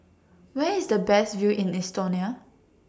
Where IS The Best View in Estonia